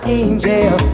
angel